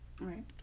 Right